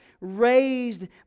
raised